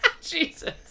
jesus